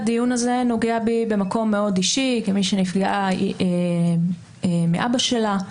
הדיון הזה נוגע בי במקום מאוד אישי כמי שנפגעה מאבא שלה.